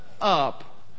up